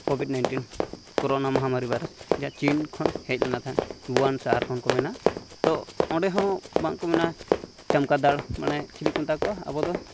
covid nineteen corona ᱢᱚᱦᱟᱢᱟᱨᱤ virus ᱡᱟ China ᱠᱷᱚᱱ ᱦᱮᱡ ᱞᱮᱱᱟ ᱛᱟᱦᱮᱸᱫ ᱜᱩᱣᱟᱱ ᱥᱟᱦᱟᱨ ᱠᱷᱚᱱ ᱠᱚ ᱢᱮᱱᱟ ᱛᱚ ᱚᱸᱰᱮ ᱦᱚᱸ ᱵᱟᱝ ᱠᱚ ᱢᱮᱱᱟ ᱪᱟᱢᱠᱟ ᱫᱟᱲ ᱢᱟᱱᱮ ᱪᱤᱞᱤ ᱠᱚ ᱢᱮᱛᱟᱣ ᱠᱚᱣᱟ ᱟᱵᱚ ᱫᱚ